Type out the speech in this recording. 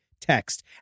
text